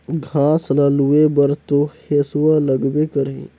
घास ल लूए बर तो हेसुआ लगबे करही